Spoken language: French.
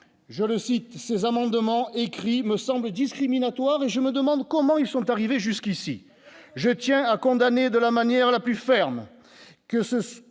je le cycle qui ces amendements écrit me semble discriminatoire et je me demande comment ils sont arrivés jusqu'ici, je tiens à condamner de la manière la plus ferme que ce qu'il